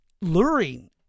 luring